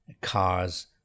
cars